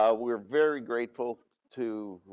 ah we're very grateful to